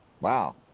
Wow